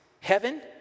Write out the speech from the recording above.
heaven